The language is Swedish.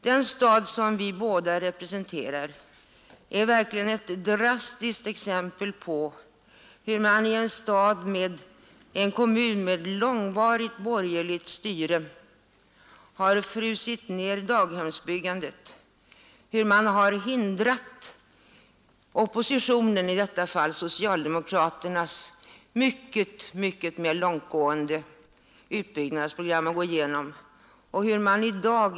Den stad som vi båda representerar är verkligen ett drastiskt exempel på hur man i en kommun med långvarigt borgerligt styre har frusit ner daghemsbyggandet, hur man har hindrat oppositionens — i detta fall socialdemokraternas — mer långtlående utbyggnadsprogram från att gå igenom.